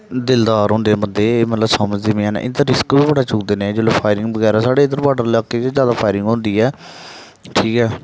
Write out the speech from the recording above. दिलदार होंदे बंदे एह् मतलब समझदे बी हैन इं'दा रिस्क बी बड़ा चुकदे न एह् जिसलै फायरिंग बगैरा साढ़े इद्धर बार्डर इलाके च ज्यादा फायरिंग होंदी ऐ ठीक ऐ